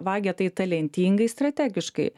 vagia tai talentingai strategiškai